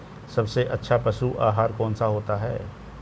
सबसे अच्छा पशु आहार कौन सा होता है?